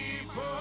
people